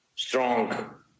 strong